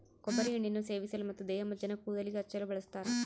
ಕೊಬ್ಬರಿ ಎಣ್ಣೆಯನ್ನು ಸೇವಿಸಲು ಮತ್ತು ದೇಹಮಜ್ಜನ ಕೂದಲಿಗೆ ಹಚ್ಚಲು ಬಳಸ್ತಾರ